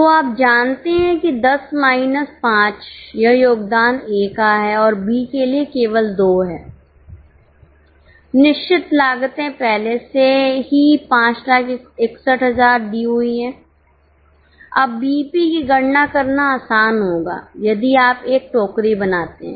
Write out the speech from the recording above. तो आप जानते हैं कि 10 माइनस 5 यह योगदान A का है और B के लिए केवल 2 है निश्चित लागते पहले से ही 561000 दी हुई है अब BEP की गणना करना आसान होगा यदि आप एक टोकरी बनाते हैं